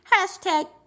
Hashtag